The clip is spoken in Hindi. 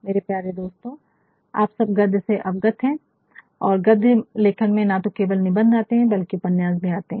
मेरे प्यारे दोस्तों आप सब गद्य से अवगत है और गद्य लेखन में न तो केवल निबंध आते है बल्कि उपन्यास भी आते है